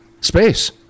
space